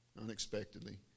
unexpectedly